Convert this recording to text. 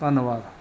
ਧੰਨਵਾਦ